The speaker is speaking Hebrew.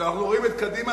כשאנחנו רואים את קדימה,